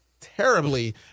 terribly